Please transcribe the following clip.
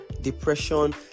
depression